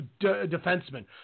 defenseman